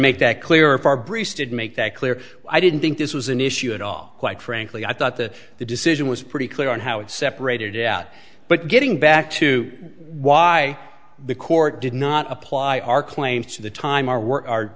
make that clear if our briefs did make that clear i didn't think this was an issue at all quite frankly i thought the the decision was pretty clear on how it separated out but getting back to why the court did not apply our claim to the time our